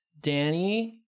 danny